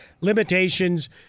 Limitations